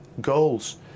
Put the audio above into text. goals